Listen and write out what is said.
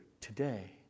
today